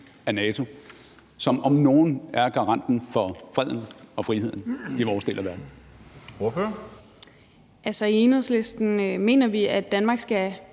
af NATO, som om nogen er garanten for freden og friheden i vores del af verden? Kl. 14:42 Formanden :